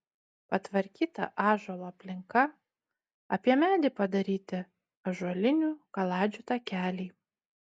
patvarkyta ąžuolo aplinka apie medį padaryti ąžuolinių kaladžių takeliai